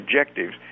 objectives